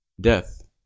death